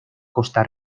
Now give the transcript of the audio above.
costa